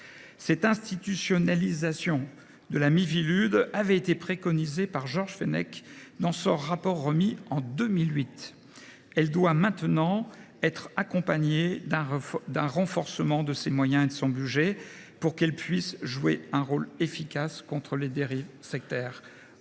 telle institutionnalisation de la Miviludes avait été préconisée par Georges Fenech dans son rapport remis en 2008. Cela doit maintenant s’accompagner d’un renforcement de ses moyens et de son budget, afin qu’elle puisse jouer un rôle efficace contre les dérives sectaires.